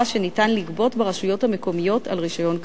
שניתן לגבות ברשויות המקומיות על רשיון כריתה.